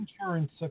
insurance